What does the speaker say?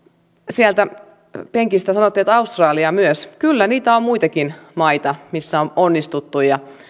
sieltä penkistä sanottiin että australia myös kyllä niitä on muitakin maita missä on onnistuttu ja